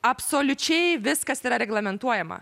absoliučiai viskas yra reglamentuojama